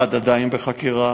אחד עדיין בחקירה,